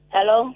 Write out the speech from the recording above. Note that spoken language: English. Hello